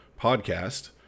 podcast